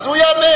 אז הוא יענה.